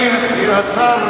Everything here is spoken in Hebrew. שירדן היא,